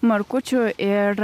markučių ir